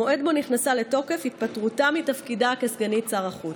המועד שבו נכנסה לתוקף התפטרותה מתפקידה כסגנית שר החוץ.